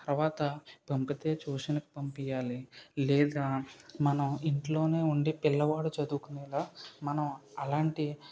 తర్వాత పంపితే ట్యూషన్కి పంపియ్యాలి లేదా మనం ఇంట్లోనే ఉండి పిల్లవాడు చదువుకునేలా మనం అలాంటి